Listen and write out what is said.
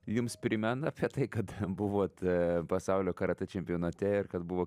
jums primena apie tai kad buvot pasaulio karatė čempionate ir kad buvo